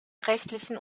rechtlichen